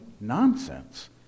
nonsense